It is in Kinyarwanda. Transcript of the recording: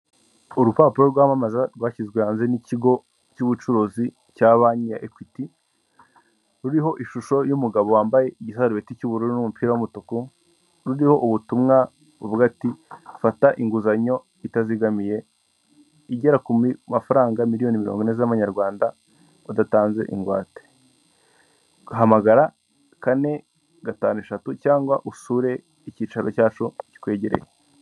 Urupapuro rwamamaza rwashyizwe hanze n'ikigo cy'ubucuruzi cya banki ya ekwiti, ruriho ishusho y'umugabo wambaye igisarubeti cy'ubururu n'umupira w'umutuku ruriho ubutumwa buvuga ati fata inguzanyo itazigamiye igera ku mafaranga miliyoni mirongo ine z'amanyarwanda udatanze ingwate, hagamagara kane gatanu eshatu cyangwa usure icyicaro cyacu kikwegereye.